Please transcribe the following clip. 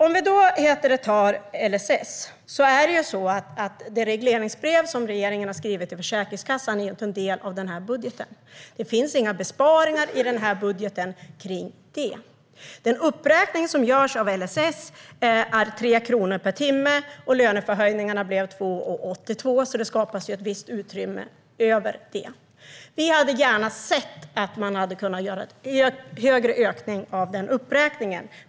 När det gäller LSS vill jag framhålla att det regleringsbrev som regeringen har skrivit till Försäkringskassan inte är en del av den här budgeten. Det finns inga besparingar på detta i budgeten. Den uppräkning av LSS som görs är 3 kronor per timme, och löneförhöjningarna blev 2,82, så det skapas ett visst utrymme över det. Vi hade gärna sett att man hade kunnat öka uppräkningen ytterligare.